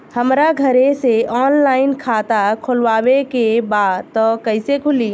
हमरा घरे से ऑनलाइन खाता खोलवावे के बा त कइसे खुली?